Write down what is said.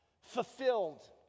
fulfilled